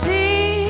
See